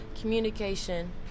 communication